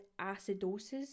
acidosis